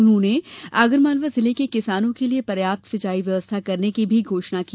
उन्होंने आगरमालवा जिले के किसानों के लिये पर्याप्त सिंचाई व्यवस्था करने की घोषणा की